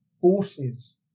forces